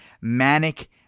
manic